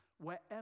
wherever